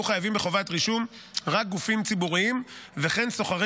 יהיו חייבים בחובת רישום רק גופים ציבוריים וכן סוחרי